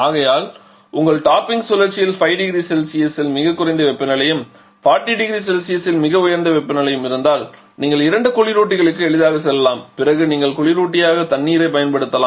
ஆகையால் உங்கள் டாப்பிங் சுழற்சியில் 5 0C யில் மிகக் குறைந்த வெப்பநிலையும் 40 0C யில் மிக உயர்ந்த வெப்பநிலையும் இருந்தால் நீங்கள் இரண்டு குளிரூட்டிகளுக்கு எளிதாக செல்லலாம் பிறகு நீங்கள் குளிரூட்டியாக தண்ணீரைப் பயன்படுத்தலாம்